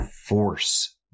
force